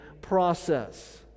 process